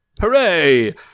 Hooray